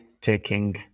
taking